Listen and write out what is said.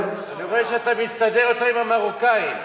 אני רואה שאתה מסתדר יותר עם המרוקאים.